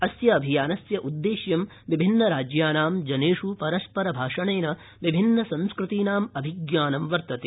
अस्य अभियानस्य उद्देश्यं विभिन्न राज्यानां जनेषु परस्पर भाषणेन विभिन्न संस्कृतनाम् अभिज्ञानं वर्तते